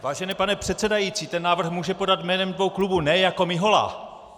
Vážený pane předsedající, ten návrh může podat jménem dvou klubů, ne jako Mihola.